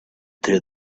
through